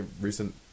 recent